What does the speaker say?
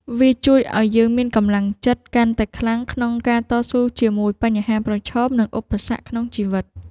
វាជួយឱ្យយើងមានកម្លាំងចិត្តកាន់តែខ្លាំងក្នុងការតស៊ូជាមួយបញ្ហាប្រឈម និងឧបសគ្គក្នុងជីវិត។